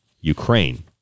Ukraine